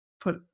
put